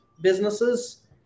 businesses